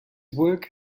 work